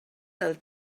del